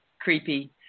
creepy